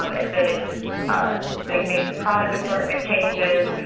um and then it just they made some product assortment changes.